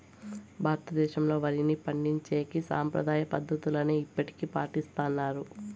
భారతదేశంలో, వరిని పండించేకి సాంప్రదాయ పద్ధతులనే ఇప్పటికీ పాటిస్తన్నారు